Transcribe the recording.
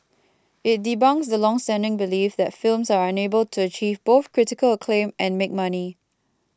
it debunks the longstanding belief that films are unable to achieve both critical acclaim and make money